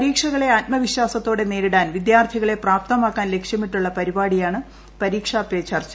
പരീക്ഷകളെ ആത്മവിശ്വാസത്തോടെ നേരിടാൻ വിദ്യാർത്ഥികളെ പ്രാപ്തമാക്കാൻ ലക്ഷ്യമിട്ടുള്ള പരിപാടിയാണ് പരീക്ഷാ പേ ചർച്ച